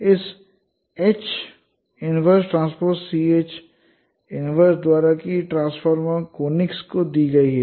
तो इस H TCH 1 द्वारा कि ट्रांसफ़ॉर्म कोनिक्स दी गई है